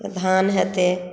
धान हेतै